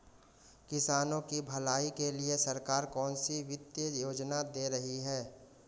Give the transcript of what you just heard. किसानों की भलाई के लिए सरकार कौनसी वित्तीय योजना दे रही है?